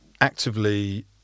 actively